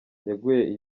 yaguye